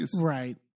right